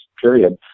period